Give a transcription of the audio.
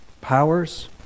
powers